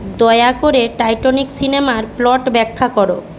দয়া করে টাইট্যানিক সিনেমার প্লট ব্যাখ্যা করো